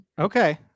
Okay